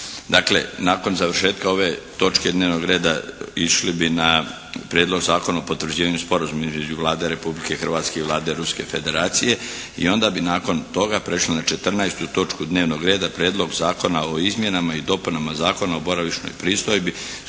Dakle, nakon završetka ove točke dnevnog reda išli bi na Prijedlog Zakona o potvrđivanju sporazuma između Vlade Republike Hrvatske i Vlade Ruske Federacije i onda bi nakon toga prešli na 14. točku dnevnog reda Prijedlog Zakona o izmjenama i dopunama Zakona o boravišnoj pristojbi,